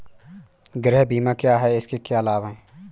गृह बीमा क्या है इसके क्या लाभ हैं?